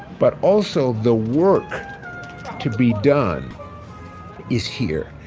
but also, the work to be done is here.